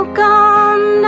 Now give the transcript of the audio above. gone